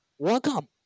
Welcome